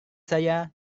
saya